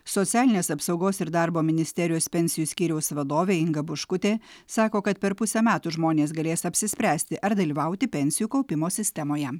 socialinės apsaugos ir darbo ministerijos pensijų skyriaus vadovė inga buškutė sako kad per pusę metų žmonės galės apsispręsti ar dalyvauti pensijų kaupimo sistemoje